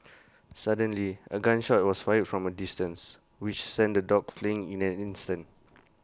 suddenly A gun shot was fired from A distance which sent the dogs fleeing in an instant